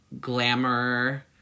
glamour